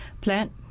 plant